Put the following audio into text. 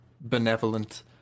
benevolent